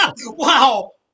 Wow